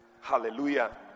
hallelujah